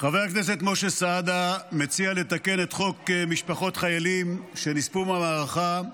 חבר הכנסת משה סעדה מציע לתקן את חוק משפחות חיילים שנספו במערכה,